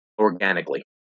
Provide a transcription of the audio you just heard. organically